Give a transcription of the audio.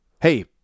Hey